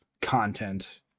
content